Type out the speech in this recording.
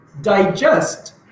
digest